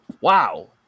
Wow